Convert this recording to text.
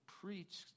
preach